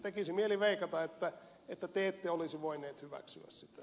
tekisi mieli veikata että te ette olisi voineet hyväksyä sitä